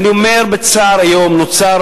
אני אומר בצער שהיום נוצרה